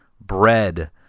bread